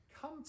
come